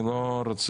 אני לא רוצה,